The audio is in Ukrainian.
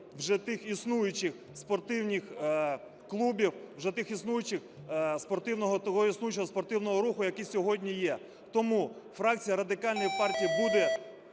вже тих існуючих спортивних клубів, вже тих існуючих… спортивного того існуючого спортивного руху, який сьогодні є. Тому фракція Радикальної партії буде